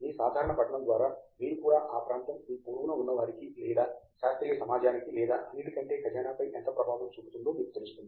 మీ సాధారణ పఠనం ద్వారా మీరు కూడా ఆ ప్రాంతం మీ పొరుగున ఉన్న వారికి లేదా శాస్త్రీయ సమాజానికి లేదా అన్నింటికంటే ఖజానాపై ఎంత ప్రభావం చూపుతుందో మీకు తెలుస్తుంది